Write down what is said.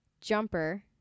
jumper